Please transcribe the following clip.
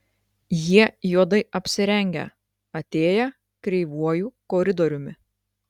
jie juodai apsirengę atėję kreivuoju koridoriumi